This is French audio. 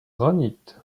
granit